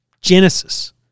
Genesis